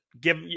give